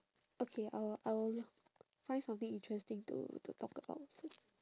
okay I will I will find something interesting to to talk about also